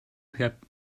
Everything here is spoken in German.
hebt